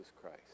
Christ